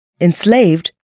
enslaved